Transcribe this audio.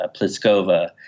Pliskova